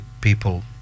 people